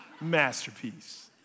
Masterpiece